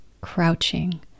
crouching